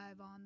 on